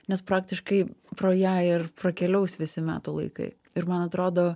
nes praktiškai pro ją ir prakeliaus visi metų laikai ir man atrodo